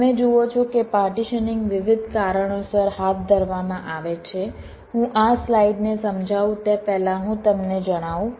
તમે જુઓ છો કે પાર્ટીશનિંગ વિવિધ કારણોસર હાથ ધરવામાં આવે છે હું આ સ્લાઇડ ને સમજાવું તે પહેલાં હું તમને જણાવું